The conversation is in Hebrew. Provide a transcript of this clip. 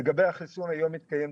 איפה עומדת המדיניות היום של